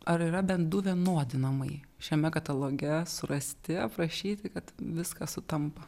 ar yra bent du vienodi namai šiame kataloge surasti aprašyti kad viskas sutampa